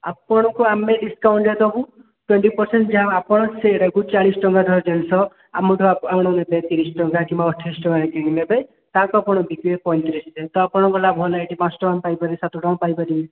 ଆପଣଙ୍କୁ ଆମେ ଡ଼ିସ୍କାଉଣ୍ଟ୍ରେ ଯାହା ଦେବୁ ଟ୍ୱେଣ୍ଟି ପର୍ସେଣ୍ଟ୍ ଯାହା ଆପଣ ସେଇଟାକୁ ଚାଳିଶ ଟଙ୍କାର ଜିନିଷ ଆମଠୁ ଆପଣ ନେବେ ତିରିଶ ଟଙ୍କା କି ଅଠେଇଶ ଟଙ୍କାରେ କିଣିକି ନେବେ ତାଙ୍କୁ ଆପଣ ବିକିବେ ପଇଁତିରିଶି ଟଙ୍କାରେ ତ ଏଇଠି ଆପଣଙ୍କ ଲାଭ ହେଲା ଆପଣ ପାଞ୍ଚ ଟଙ୍କା ପାଇପାରିବେ ସାତ ଟଙ୍କା ପାଇପାରିବେ